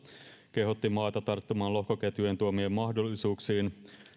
kehotti maata tarttumaan lohkoketjujen tuomiin mahdollisuuksiin